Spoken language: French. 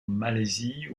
malaisie